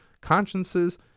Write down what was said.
consciences